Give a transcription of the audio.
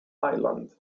island